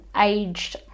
aged